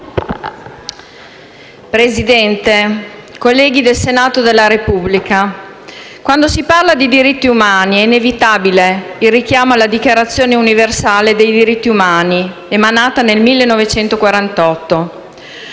Presidente, colleghi del Senato della Repubblica, quando si parla di diritti umani è inevitabile il richiamo alla Dichiarazione universale dei diritti umani emanata nel 1948;